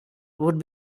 would